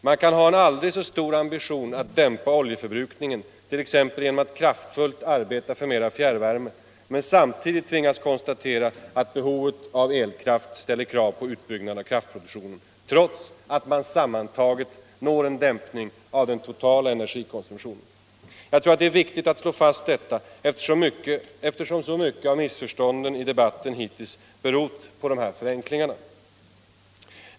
Man kan ha en aldrig så stor ambition att dämpa oljeförbrukningen, t.ex. genom att kraftfullt arbeta för mera fjärrvärme, men samtidigt tvingas konstatera att behovet av elkraft ställer krav på utbyggnad av kraftproduktionen, trots att man når en dämpning av den totala ener gikonsumtionen. Jag tror att det är viktigt att slå fast detta, eftersom så mycket av missförstånden i debatten hittills berott på de här förenklingarna.